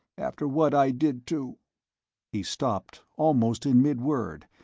after what i did to he stopped, almost in mid-word,